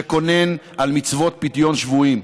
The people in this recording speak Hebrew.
שכונן על מצוות פדיון שבויים,